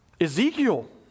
Ezekiel